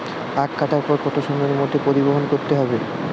আখ কাটার পর কত সময়ের মধ্যে পরিবহন করতে হবে?